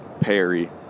Perry